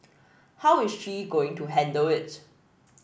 how is she going to handle it